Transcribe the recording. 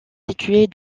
située